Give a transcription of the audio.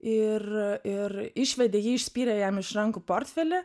ir ir išvedė jį išspyrė jam iš rankų portfelį